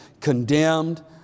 condemned